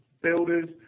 builders